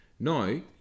No